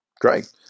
Great